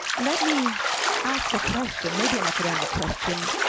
let me ask a question, maybe an academic question.